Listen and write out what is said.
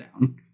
down